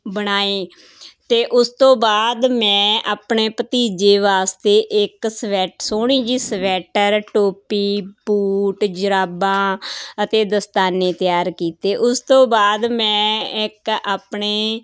ਬਣਾਏ ਅਤੇ ਉਸ ਤੋਂ ਬਾਅਦ ਮੈਂ ਆਪਣੇ ਭਤੀਜੇ ਵਾਸਤੇ ਇੱਕ ਸਵੈਟ ਸੋਹਣੀ ਜਿਹੀ ਸਵੈਟਰ ਟੋਪੀ ਬੂਟ ਜੁਰਾਬਾ ਅਤੇ ਦਸਤਾਨੇ ਤਿਆਰ ਕੀਤੇ ਉਸ ਤੋਂ ਬਾਅਦ ਮੈਂ ਇੱਕ ਆਪਣੇ